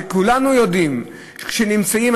שכולנו יודעים כשנמצאים,